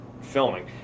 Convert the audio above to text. filming